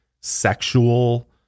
sexual